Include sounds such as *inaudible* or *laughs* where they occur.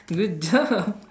good job *laughs*